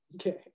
okay